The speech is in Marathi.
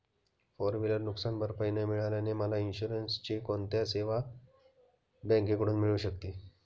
फोर व्हिलर नुकसानभरपाई न मिळाल्याने मला इन्शुरन्सची कोणती सेवा बँकेकडून मिळू शकते?